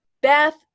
Beth